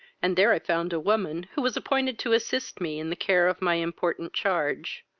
and there i found a woman, who was appointed to assist me in the care of my important charge.